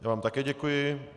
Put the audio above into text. Já vám také děkuji.